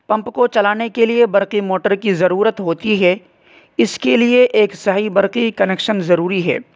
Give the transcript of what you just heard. pump کو چلانے کے لیے برقی موٹر کی ضرورت ہوتی ہے اس کے لیے ایک صحیح برقی کنیکشن ضروری ہے